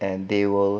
and they will